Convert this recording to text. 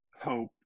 hope